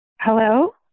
Hello